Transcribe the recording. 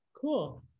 Cool